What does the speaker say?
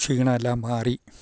ക്ഷീണവെല്ലാം മാറി